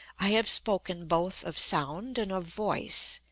i have spoken both of sound and of voice.